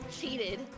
cheated